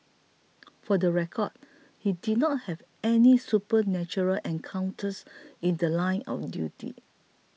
for the record he did not have any supernatural encounters in The Line of duty